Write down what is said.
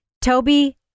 Toby